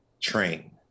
train